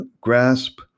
grasp